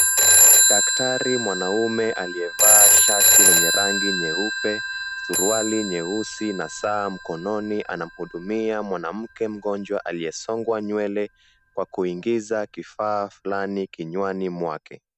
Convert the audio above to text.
Daktari mwanaume aliye vaa shati lenye rangi nyeupe, suruali nyeusi na saa mkononi, anamhudumia mwanamke mgonjwa aliyesongwa nywele kwa kuingiza kifaa kinywani mwake.